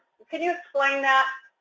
can you explain that?